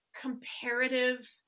comparative